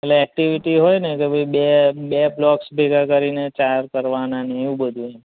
એટલે એક્ટીવીટી હોય ને કે ભાઈ બે બે બ્લોકસ ભેગા કરીને ચાર કરવાના ને એવું બધું એમ